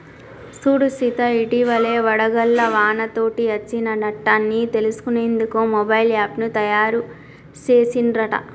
సూడు సీత ఇటివలే వడగళ్ల వానతోటి అచ్చిన నట్టన్ని తెలుసుకునేందుకు మొబైల్ యాప్ను తాయారు సెసిన్ రట